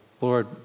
Lord